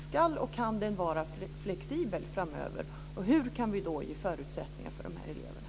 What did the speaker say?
Ska och kan den vara flexibel framöver? Hur kan vi då ge förutsättningar för eleverna?